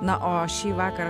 na o šįvakar